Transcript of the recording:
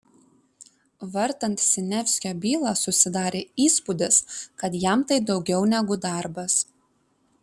vartant siniavskio bylą susidarė įspūdis kad jam tai daugiau negu darbas